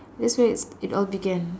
that's where it's it all began